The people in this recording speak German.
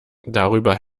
darüber